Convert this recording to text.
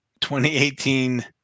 2018